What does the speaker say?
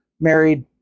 married